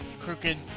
crooked